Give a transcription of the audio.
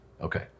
Okay